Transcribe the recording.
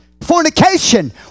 fornication